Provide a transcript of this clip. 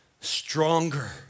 stronger